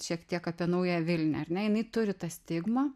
šiek tiek apie naująją vilnią ar ne jinai turi tą stigmą